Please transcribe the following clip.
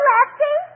Lefty